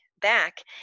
back